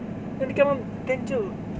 then 你干嘛 then 就